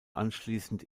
anschließend